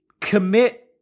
Commit